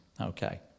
Okay